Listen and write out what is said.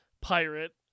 pirate